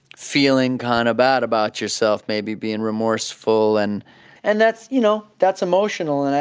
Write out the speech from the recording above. feeling kind of bad about yourself, maybe being remorseful. and and that's you know, that's emotional. and